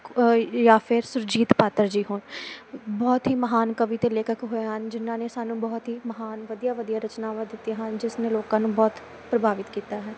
ਜਾਂ ਫਿਰ ਸੁਰਜੀਤ ਪਾਤਰ ਜੀ ਹੋਣ ਬਹੁਤ ਹੀ ਮਹਾਨ ਕਵੀ ਅਤੇ ਲੇਖਕ ਹੋਏ ਹਨ ਜਿਨ੍ਹਾਂ ਨੇ ਸਾਨੂੰ ਬਹੁਤ ਹੀ ਮਹਾਨ ਵਧੀਆ ਵਧੀਆ ਰਚਨਾਵਾਂ ਦਿੱਤੀਆਂ ਹਨ ਜਿਸ ਨੇ ਲੋਕਾਂ ਨੂੰ ਬਹੁਤ ਪ੍ਰਭਾਵਿਤ ਕੀਤਾ ਹੈ